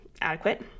adequate